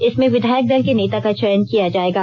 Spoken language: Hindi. इसमें विधायक दल के नेता का चयन किया जाएगा